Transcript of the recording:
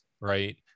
right